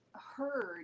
heard